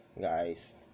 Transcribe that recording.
guys